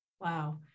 Wow